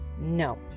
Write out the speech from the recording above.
no